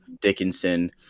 Dickinson